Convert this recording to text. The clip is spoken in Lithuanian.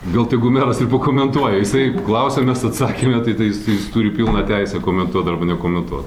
gal tegu meras ir pakomentuoja jisai klausė mes atsakėme tai tais jis turi pilną teisę komentuot arba nekomentuot